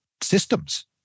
systems